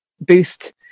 boost